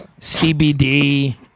CBD